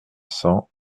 cents